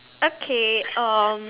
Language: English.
okay um